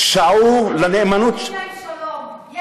אנחנו אומרים להם שלום.